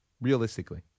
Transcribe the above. realistically